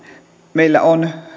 meillä on